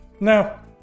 Now